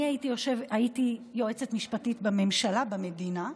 אני הייתי יועצת משפטית בממשלה, במדינה.